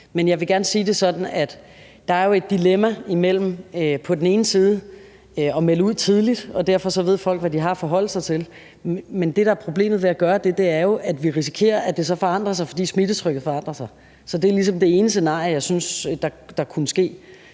Men jeg vil gerne sige det sådan, at der jo er et dilemma ved at melde ud tidligt, så folk ved, hvad de har at forholde sig til. Det, der er problemet ved at gøre det, er jo, at vi risikerer, at det så forandrer sig, fordi smittetrykket forandrer sig. Så det er ligesom det ene scenarie, jeg mener der kunne være.